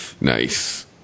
Nice